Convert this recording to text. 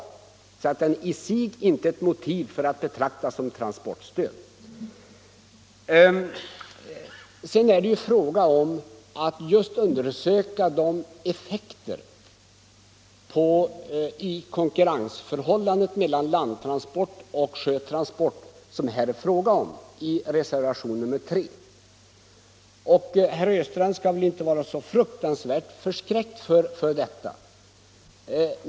Isbrytningen är därför i sig inte att betrakta som transportstöd. Sedan är det ju fråga om att just undersöka de effekter på konkurrensförhållandet mellan landtransport och sjötransport som berörs i reservationen 3. Herr Östrand skall väl inte vara så fruktansvärt förskräckt för detta.